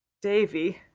davy,